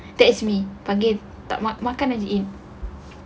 that's me panggil makan makan aje ini